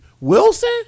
Wilson